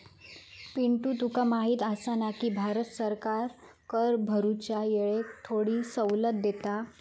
पिंटू तुका माहिती आसा ना, की भारत सरकार कर भरूच्या येळेक थोडी सवलत देता